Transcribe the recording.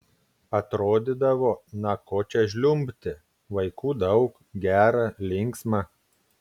atrodydavo na ko čia žliumbti vaikų daug gera linksma